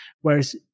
Whereas